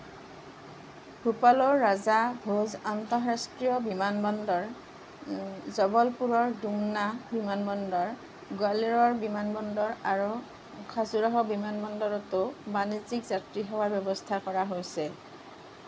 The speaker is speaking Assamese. ভূপালৰ ৰাজা ভোজ আন্তঃৰাষ্ট্ৰীয় বিমানবন্দৰ জবলপুৰৰ ডুমনা বিমানবন্দৰ গোৱালিয়ৰ বিমানবন্দৰ আৰু খাজুৰাহো বিমানবন্দৰতো বাণিজ্যিক যাত্ৰী সেৱাৰ ব্যৱস্থা কৰা হৈছে